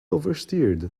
oversteered